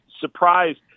surprised